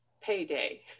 payday